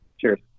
cheers